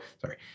sorry